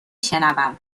شنوم